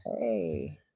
hey